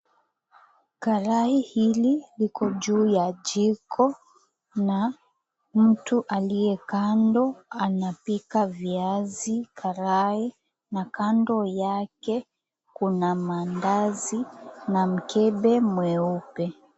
Sahani hii iko karibu na jiko na mtu aliye kando, anapika viazi karai na kando yake kuna mandazi na mkebe mweupe.